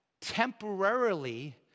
temporarily